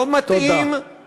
לא מתאים, תודה.